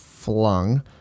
Flung